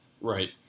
Right